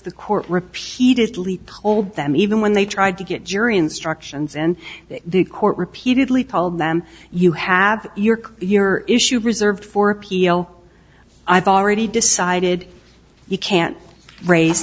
the court repeatedly told them even when they tried to get jury instructions in the court repeatedly told them you have your your issue preserved for appeal i thought already decided you can't raise